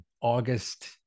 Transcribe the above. August